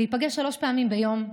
להיפגש שלוש פעמים ביום,